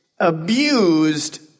abused